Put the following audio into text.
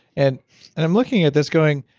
and and i'm looking at this going,